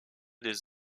des